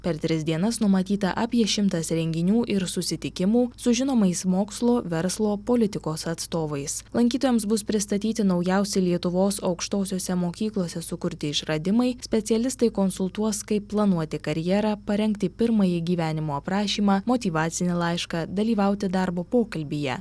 per tris dienas numatyta apie šimtas renginių ir susitikimų su žinomais mokslo verslo politikos atstovais lankytojams bus pristatyti naujausi lietuvos aukštosiose mokyklose sukurti išradimai specialistai konsultuos kaip planuoti karjerą parengti pirmąjį gyvenimo aprašymą motyvacinį laišką dalyvauti darbo pokalbyje